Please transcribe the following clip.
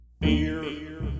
Beer